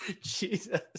Jesus